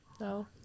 No